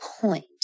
point